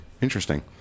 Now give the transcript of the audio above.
Interesting